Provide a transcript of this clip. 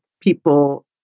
people